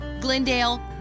Glendale